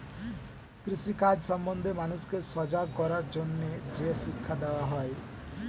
কৃষি কাজ সম্বন্ধে মানুষকে সজাগ করার জন্যে যে শিক্ষা দেওয়া হয়